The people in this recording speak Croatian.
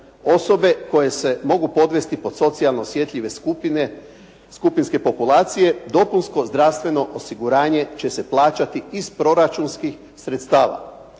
osobe koje se mogu podvesti pod socijalno osjetljive skupine, skupinske populacije, dopunsko zdravstveno osiguranje će se plaćati iz proračunskih sredstava.